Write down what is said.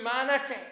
humanity